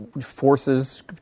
forces